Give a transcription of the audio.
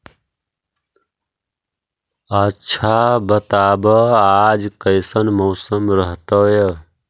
आच्छा बताब आज कैसन मौसम रहतैय?